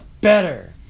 better